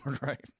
Right